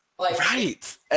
Right